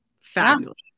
Fabulous